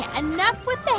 and enough with the